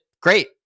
great